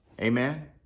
Amen